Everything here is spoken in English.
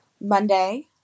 Monday